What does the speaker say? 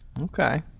Okay